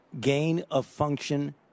gain-of-function